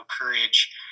courage